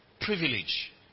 privilege